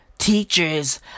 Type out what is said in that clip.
Teachers